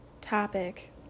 topic